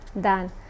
done